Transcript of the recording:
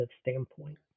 standpoint